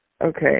okay